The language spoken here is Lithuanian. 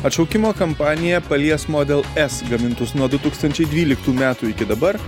atšaukimo kampanija palies model s gamintus nuo du tūkstančiai dvyliktų metų iki dabar